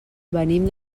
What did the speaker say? venim